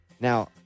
Now